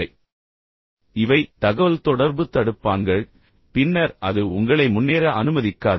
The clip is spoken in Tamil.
இப்போது இந்த வகையான விஷயங்கள் உண்மையில் தகவல்தொடர்பு தடுப்பான்கள் பின்னர் அது உங்களை முன்னேற அனுமதிக்காது